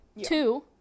Two